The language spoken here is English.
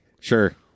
Sure